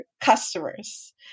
customers